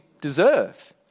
deserve